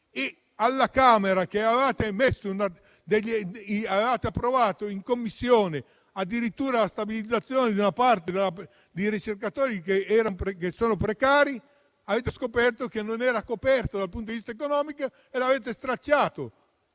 Alla Camera avete approvato in Commissione addirittura la stabilizzazione di una parte dei ricercatori precari; avete scoperto che la misura non era coperta dal punto di vista economico e l'avete stralciata.